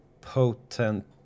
potent